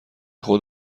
خود